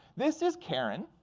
this is karen.